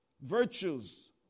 virtues